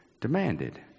demanded